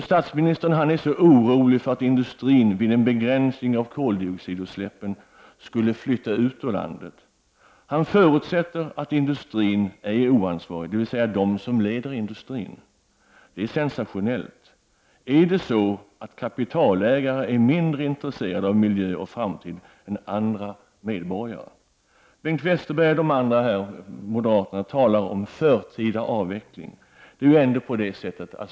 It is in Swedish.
Statsministern är så orolig för att industrin vid en begränsning av koldioxidutsläppen skulle flytta ut ur landet. Han förutsätter att industrin är oansvarig, dvs. de som leder industrin. Det är sensationellt. Är det så att kapitalägare är mindre intresserade av miljö och framtid än andra medborgare? Bengt Westerberg och moderaterna talar om förtida avveckling.